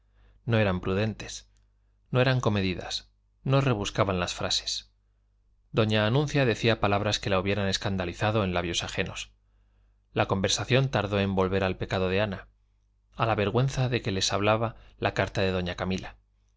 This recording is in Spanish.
no eran prudentes no eran comedidas no rebuscaban las frases doña anuncia decía palabras que la hubieran escandalizado en labios ajenos la conversación tardó en volver al pecado de ana a la vergüenza de que les hablaba la carta de doña camila